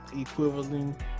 equivalent